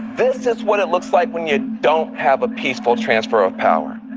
this is what it looks like when you don't have a peaceful transfer of power.